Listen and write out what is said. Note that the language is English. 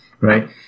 right